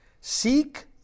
seek